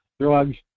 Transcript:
drugs